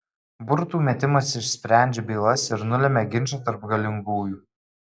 burtų metimas išsprendžia bylas ir nulemia ginčą tarp galingųjų